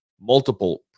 multiple